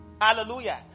Hallelujah